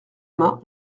main